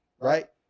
Right